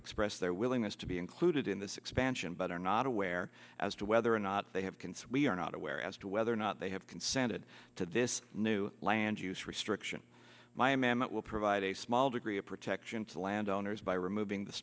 expressed their willingness to be included in this expansion but are not aware as to whether or not they have consuelo are not aware as to whether or not they have consented to this new land use restriction my amendment will provide a small degree of protection to the land owners by removing the